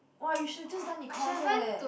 !wah! you should've just done Econs leh